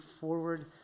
forward